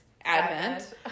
advent